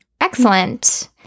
Excellent